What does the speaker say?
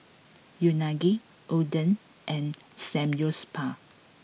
Unagi Oden and Samgyeopsal